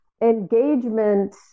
engagement